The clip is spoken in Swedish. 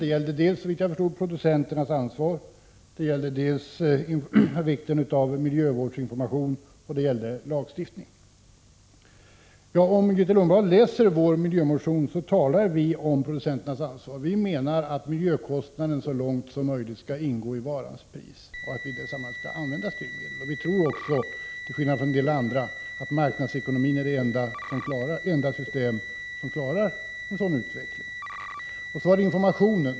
Det gällde dels producenternas ansvar, dels vikten av miljövårdsinformation, dels lagstiftningen. Om Grethe Lundblad läser vår miljömotion, upptäcker hon att vi där talar om producenternas ansvar. Vi menar att miljökostnaden så långt det är möjligt skall ingå i varans pris och att styrmedel skall användas i detta sammanhang. Vi tror också, till skillnad från en del andra, att marknadsekonomin är det enda system som klarar en sådan utveckling. Så något om informationen.